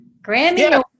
Grammy